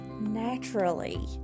naturally